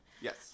Yes